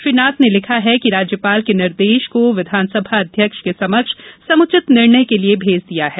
श्री नाथ ने लिखा है कि राज्यपाल के निर्देश को विधानसभा अध्यक्ष के समक्ष समुचित निर्णय के लिये भेज दिया है